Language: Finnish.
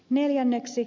neljänneksi